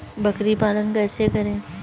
बकरी पालन कैसे करें?